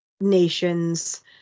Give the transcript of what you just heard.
nations